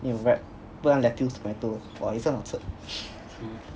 then you wrap put some lettuce tomato !wah! 也是很好吃